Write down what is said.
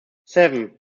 seven